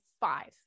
five